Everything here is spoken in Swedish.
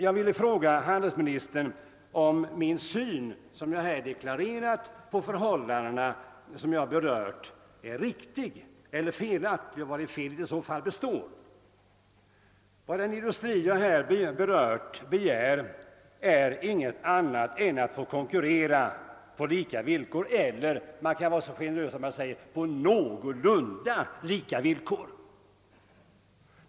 Jag vill fråga handelsministern, om min syn på de förhållanden som jag bar berört är felaktig och vari felet i så fall består. Vad den industri jag talat om begärt är ingenting annat än att få konkurrera på lika villkor eller, man kan vara så generös som att säga, på någorlunda lika villkor.